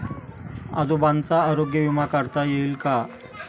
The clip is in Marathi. आजोबांचा आरोग्य विमा काढता येईल का?